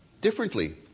differently